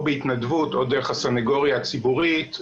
או בהתנדבות או דרך הסנגוריה הציבורית,